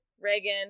Reagan